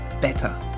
better